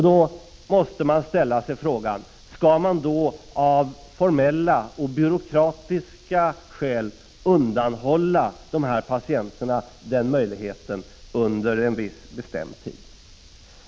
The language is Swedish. Då måste man ställa sig frågan: Skall vi av formella och byråkratiska skäl undanhålla patienterna denna möjlighet till vård under en viss bestämd tid?